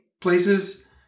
places